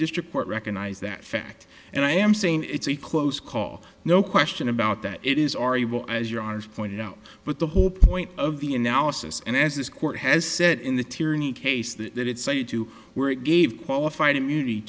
district court recognize that fact and i am saying it's a close call no question about that it is arguable as your eyes pointed out but the whole point of the analysis and as this court has said in the tyranny case that it's a two were it gave qualified immunity